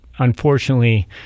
unfortunately